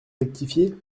rectifié